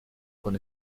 con